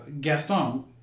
Gaston